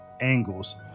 angles